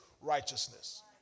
righteousness